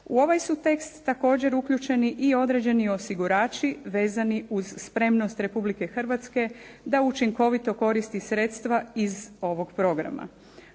U ovaj su tekst također uključeni i određeni osigurači vezani uz spremnost Republike Hrvatske da učinkovito koristi sredstva iz ovog programa.